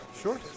Sure